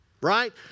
right